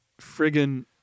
friggin